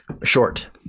Short